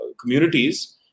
communities